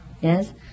yes